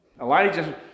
Elijah